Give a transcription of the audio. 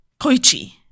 Koichi